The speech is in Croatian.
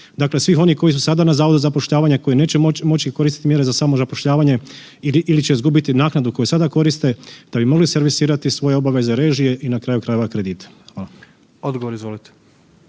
Dakle, svih onih koji su sada na zavodu za zapošljavanje koji neće moći koristiti mjere za samozapošljavanje ili će izgubiti naknadu koju sada koriste da bi mogli servisirati svoje obaveze režije i na kraju krajeva kredite. **Jandroković,